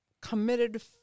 committed